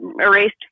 erased